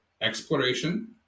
exploration